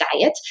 diet